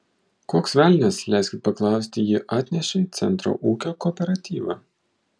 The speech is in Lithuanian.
koks velnias leiskit paklausti jį atnešė į centro ūkio kooperatyvą